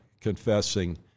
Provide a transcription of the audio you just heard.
confessing